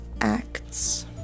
acts